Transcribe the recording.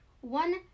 One